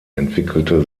entwickelte